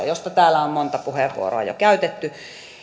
josta täällä on monta puheenvuoroa jo käytetty